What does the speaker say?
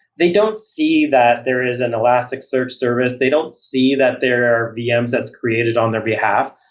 they don't see that there is an elasticsearch service. they don't see that there are vms that's created on their behalf.